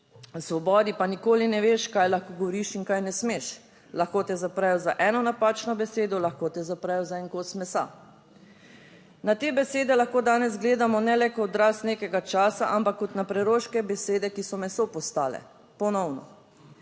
Svobodi pa nikoli ne veš, kaj lahko govoriš in kaj ne smeš, lahko te zaprejo za eno napačno besedo, lahko te zaprejo za en kos mesa. Na te besede lahko danes gledamo ne le kot odraz nekega časa, ampak kot na preroške besede, ki so meso postale ponovno.